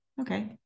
okay